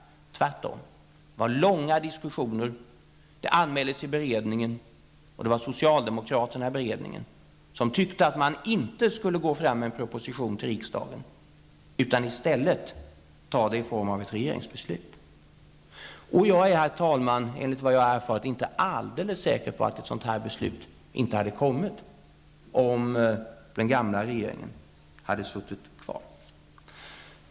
Det var, herr talman, långa diskussioner, saken anmäldes i beredningen, och det var socialdemokraterna i beredningen som tyckte att man inte skulle gå fram med en proposition till riksdagen, utan i stället ta det i form av ett regeringsbeslut. Efter vad jag erfarit är jag inte helt säker på att inte beslutet kommit även om den gamla regeringen suttit kvar.